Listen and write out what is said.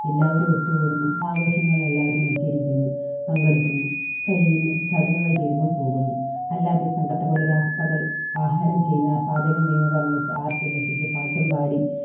എല്ലാവരും ഒത്തു കൂടുന്നു ആഘോഷങ്ങളെല്ലാവരും നോക്കിയിരിക്കുന്നു പങ്കെടുക്കുന്നു കഴിയുന്നു ചടങ്ങുകൾ തീരുമ്പോൾ പോകുന്നു അല്ലാതെ പണ്ടത്തെ പോലെ രാപ്പകൽ ആഹാരം ചെയ്യുന്ന പാചകം ചെയ്യുന്ന സമയത്ത് ആർത്തുല്ലസിച്ച് പാട്ടും പാടി